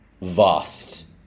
vast